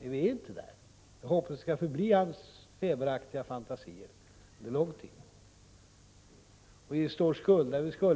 Nej, vi är inte där, och jag hoppas att det skall förbli hans feberaktiga fantasier under lång tid. Vi står skuldra vid skuldra, säger han.